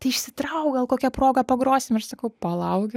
tai išsitrauk gal kokia proga pagrosim ir aš sakau palauk